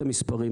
המספרים,